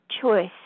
choice